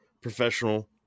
professional